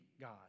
God